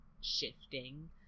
shifting